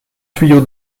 tuyau